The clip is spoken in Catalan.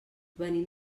venim